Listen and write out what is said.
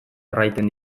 erraiten